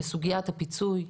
בסוגיית הפיצוי.